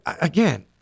again